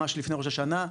ממש לפני ראש השנה,